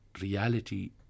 reality